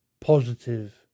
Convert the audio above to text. positive